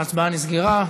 ההצבעה נסגרה.